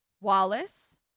Wallace